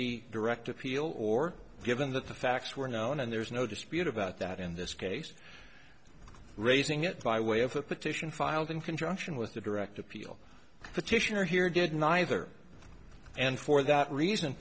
the direct appeal or given the facts were known and there's no dispute about that in this case raising it by way of a petition filed in conjunction with the direct appeal petitioner here did neither and for that reason